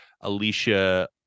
alicia